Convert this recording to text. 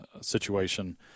situation